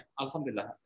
Alhamdulillah